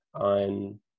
on